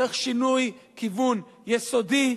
צריך שינוי כיוון יסודי,